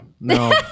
No